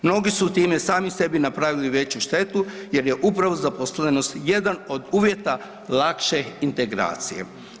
Mnogi su time sami sebi napravili veću štetu jer je upravo zaposlenost jedan od uvjeta lakše integracije.